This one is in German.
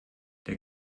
der